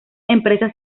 empresas